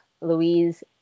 Louise